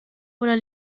oder